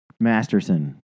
masterson